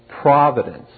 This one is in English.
providence